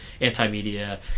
anti-media